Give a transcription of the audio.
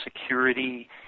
security